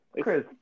Chris